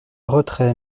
retrait